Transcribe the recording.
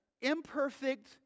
imperfect